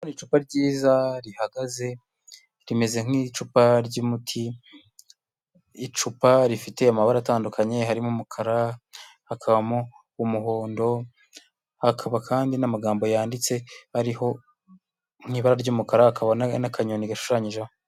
Icupa ryiza rihagaze rimeze nk'icupa ry'umuti, icupa rifite amabara atandukanye harimo umukara, hakabamo umuhondo, hakaba kandi n'amagambo yanditse ariho mu ibara ry'umukara, hakaba n'akanyoni gashushanyijeho.